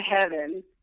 heaven